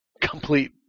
complete